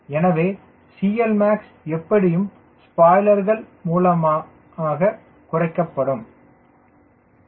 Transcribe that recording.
எனவே CLmax எப்படியும் ஸ்பாய்லர்கள் மூலம் குறைக்கப்படும் சரி